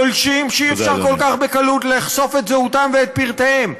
גולשים שאי-אפשר כל כך בקלות לחשוף את זהותם ואת פרטיהם.